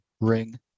ring